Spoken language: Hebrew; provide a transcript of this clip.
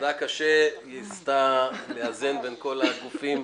קשה מאוד וניסתה לאזן בין כל הגופים.